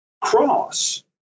cross